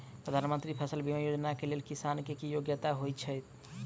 प्रधानमंत्री फसल बीमा योजना केँ लेल किसान केँ की योग्यता होइत छै?